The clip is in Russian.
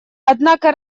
однако